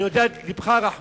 אני יודע את לבך הרחמן,